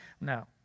No